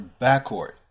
backcourt